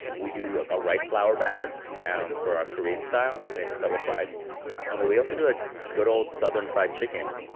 we do a rice flour batter um for our korean style, and it's double-fried. um we also do a good old southern fried chicken.